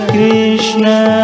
Krishna